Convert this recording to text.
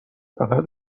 فقط